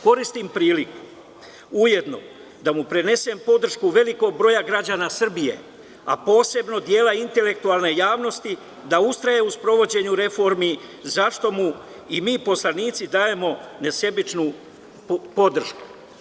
Koristim priliku ujedno da mu prenesem podršku velikog broja građana Srbije, a posebno dela intelektualne javnosti, da ustraje u sprovođenju reformi, za šta mu i mi poslanici dajemo nesebičnu podršku.